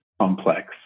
complex